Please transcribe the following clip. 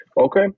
Okay